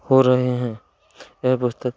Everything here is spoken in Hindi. हो रहे हैं यह पुस्तक